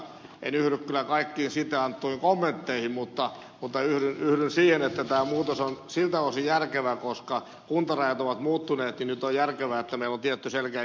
en yhdy kyllä kaikkiin siitä annettuihin kommentteihin mutta yhdyn siihen että muutos on siltä osin järkevää koska kuntarajat ovat muuttuneet tämä muutos on siltä osin järkevä että meillä on tietty selkeä kilometriraja